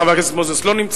חבר הכנסת מוזס לא נמצא,